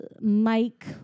Mike